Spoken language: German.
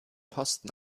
posten